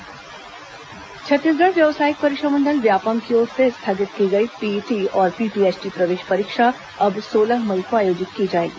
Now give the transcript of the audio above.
PET PPHT परीक्षा छत्तीसगढ़ व्यावसायिक परीक्षा मंडल व्यापमं की ओर से स्थगित की गई पीईटी और पीपीएचटी प्रवेश परीक्षा अब सोलह मई को आयोजित की जाएगी